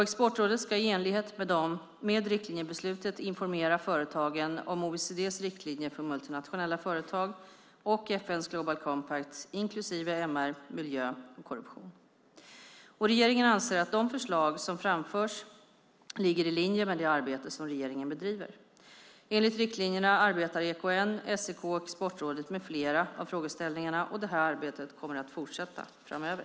Exportrådet ska i enlighet med riktlinjebeslutet informera företagen om OECD:s riktlinjer för multinationella företag och FN:s Global Compact inklusive MR, miljö och korruption. Regeringen anser att de förslag som framförs ligger i linje med det arbete som regeringen bedriver. Enligt riktlinjerna arbetar EKN, SEK och Exportrådet med flera av frågeställningarna, och detta arbete kommer att fortsätta framöver.